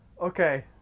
Okay